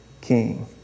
king